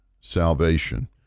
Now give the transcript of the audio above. salvation